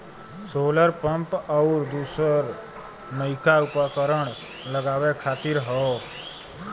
solar pump आउर दूसर नइका उपकरण लगावे खातिर हौ